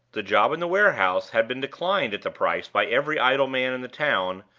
the job in the warehouse had been declined at the price by every idle man in the town,